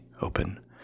open